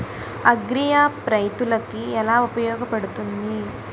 Agri app రైతులకి ఏలా ఉపయోగ పడుతుంది?